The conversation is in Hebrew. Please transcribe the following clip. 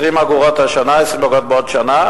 20 אגורות השנה ו-20 אגורות בעוד שנה?